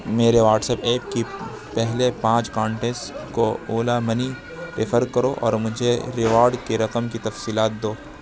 میرے WhatsApp app کی پہلے پانچ کانٹیکٹس کو اولا منی ریفر کرو اور مجھے ریوارڈ کی رقم کی تفصیلات دو